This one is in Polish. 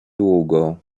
długo